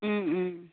ও ও